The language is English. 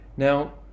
Now